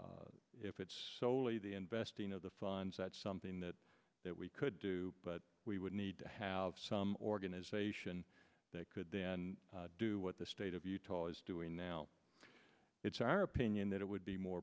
investment if it's solely the investing of the funds that's something that we could do but we would need to have some organization that could then do what the state of utah is doing now it's our opinion that it would be more